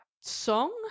song